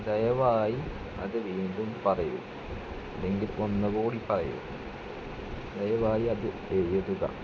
ദയവായി അത് വീണ്ടും പറയു ഇല്ലെങ്കിൽ ഒന്നു കൂടി പറയു ദയവായി അത് എഴുതുക